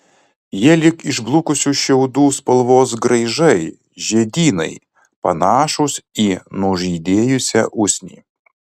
jie lyg išblukusių šiaudų spalvos graižai žiedynai panašūs į nužydėjusią usnį